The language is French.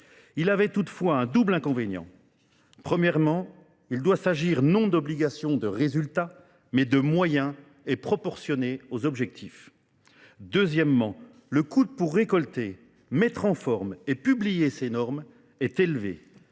Il avait toutefois un double inconvénient. Premièrement, il doit s'agir non d'obligations de résultats mais de moyens et proportionnés aux objectifs. Deuxièmement, le coût pour récolter, mettre en forme et publier ces normes est élevé.